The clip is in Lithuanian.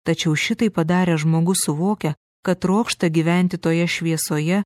tačiau šitai padaręs žmogus suvokia kad trokšta gyventi toje šviesoje